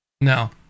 No